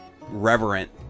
reverent